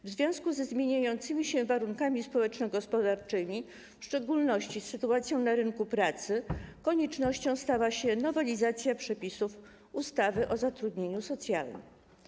W związku ze zmieniającymi się warunkami społeczno-gospodarczymi, w szczególności sytuacją na rynku pracy, koniecznością stała się nowelizacja przepisów ustawy o zatrudnieniu socjalnym.